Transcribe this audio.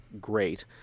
great